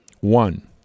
One